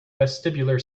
vestibular